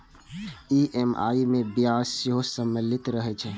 EMI मे ब्याज सेहो सम्मिलित रहै छै